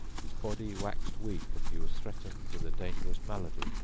his body waxed weak and he was threatened with a dangerous malady,